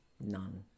None